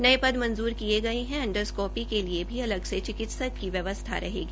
नये पद मंजूर किये गये है एंडोस्कोपी के लिये भी अलग से चिकित्सक की व्यवसथा रहेगी